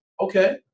okay